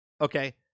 Okay